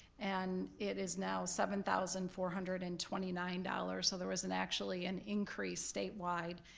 and it is now seven thousand four hundred and twenty nine dollars, so there wasn't actually an increase statewide,